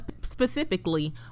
specifically